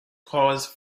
caused